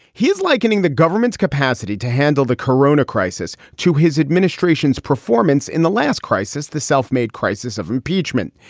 he's likening the government's capacity to handle the corona crisis to his administration's performance in the last crisis, the self-made crisis of impeachment.